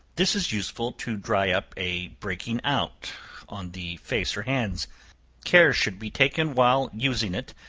this is useful to dry up a breaking out on the face or hands care should be taken while using it,